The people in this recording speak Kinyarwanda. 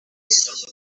isi